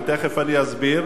ותיכף אני אסביר,